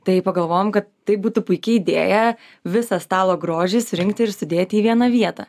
tai pagalvojom kad tai būtų puiki idėja visą stalo grožį surinkti ir sudėti į vieną vietą